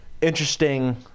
interesting